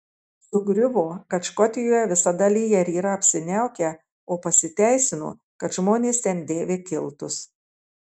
sugriuvo kad škotijoje visada lyja ir yra apsiniaukę o pasiteisino kad žmonės ten dėvi kiltus